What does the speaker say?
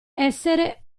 essere